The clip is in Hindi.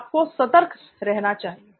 आपको सतर्क रहना चाहिए